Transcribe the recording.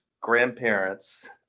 grandparents